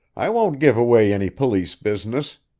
i won't give away any police business,